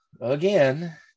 again